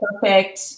perfect